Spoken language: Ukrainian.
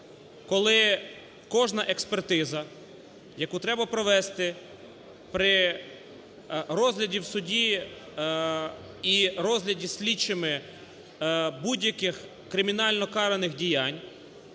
коли кожна експертиза, яку треба провести при розгляді в суді і розгляді слідчими будь-яких кримінально караних діянь,